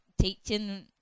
teaching